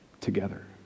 together